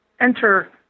enter